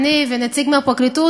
אני ונציג מהפרקליטות,